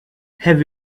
have